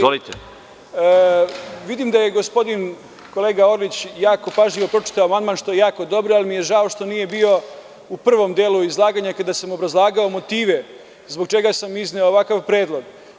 Vidim da je gospodin kolega Orlić jako pažljivo pročitao amandman što je jako dobro, ali mi je žao što nije bio u prvom delu izlaganja gde sam obrazlagao motive zbog čega sam izneo ovakav predlog.